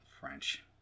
French